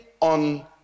on